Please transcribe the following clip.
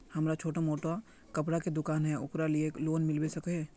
हमरा छोटो मोटा कपड़ा के दुकान है ओकरा लिए लोन मिलबे सके है?